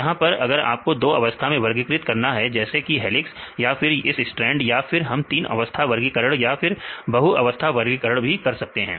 यहां पर अगर आपको दो अवस्था में वर्गीकृत करना है जैसे कि हेलिक्स या फिर इस सट्रेंड या फिर हम तीन अवस्था वर्गीकरण या फिर बहु अवस्था वर्गीकरण भी कर सकते हैं